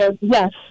Yes